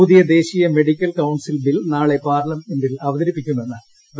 പുതിയ ദേശീയ medical council bill നാളെ പാർലമെന്റിൽ അവതരിപ്പിക്കുമെന്ന് ഡോ